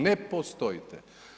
Ne postojite.